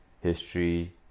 history